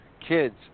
kids